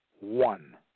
one